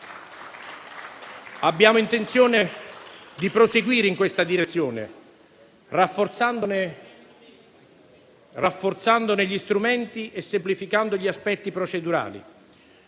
Abbiamo intenzione di proseguire in questa direzione, rafforzandone gli strumenti e semplificando gli aspetti procedurali.